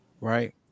right